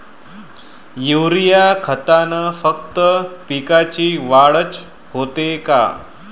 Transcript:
Urea खतानं फक्त पिकाची वाढच होते का?